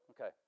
okay